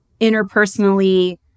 interpersonally